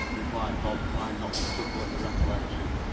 replied bob, trying not to chuckle at the recollection.